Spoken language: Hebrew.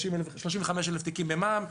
35,000 תיקים במע"מ.